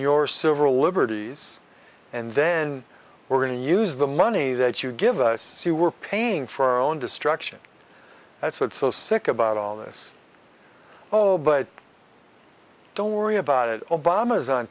your civil liberties and then we're going to use the money that you give us see we're paying for our own destruction that's what's so sick about all this oh but don't worry about it o